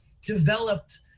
developed